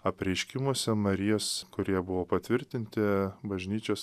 apreiškimuose marijos kurie buvo patvirtinti bažnyčios